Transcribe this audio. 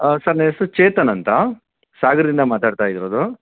ಹಾಂ ಸರ್ ನನ್ನ ಹೆಸ್ರು ಚೇತನ್ ಅಂತ ಸಾಗರದಿಂದ ಮಾತಾಡ್ತ ಇರೋದು